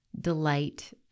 delight